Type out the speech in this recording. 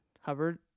Hubbard-